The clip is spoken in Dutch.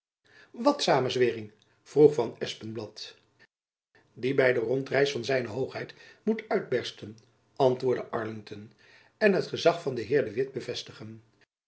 samenzwering vroeg van espenblad die by de rondreis van z hoogheid moet uitbersten antwoordde arlington en het gezach van den heer de witt bevestigen